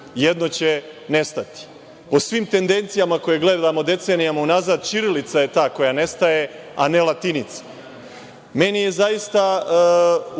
Jedno će nestati. Po svim tendencijama koje gledamo decenijama unazad, ćirilica je ta koja nestaje a ne latinica. Meni je zaista, u